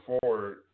forward